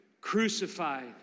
crucified